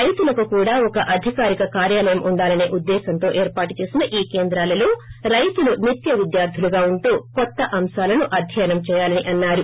రైతులకు కూడా ఒక అధికారిక కార్యాలయం ఉండాలనే ఉద్దేశ్వంతో ఏర్పాటు చేసిన ఈ కేంద్రాలలో రైతులు నిత్య విద్యార్దులుగా ఉంటూ కొత్త అంశాలను అధ్యనం చేయాలని అన్నారు